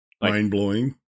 Mind-blowing